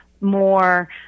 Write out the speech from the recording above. more